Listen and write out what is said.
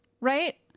right